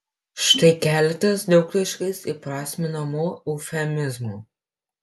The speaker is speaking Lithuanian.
štai keletas daugtaškiais įprasminamų eufemizmų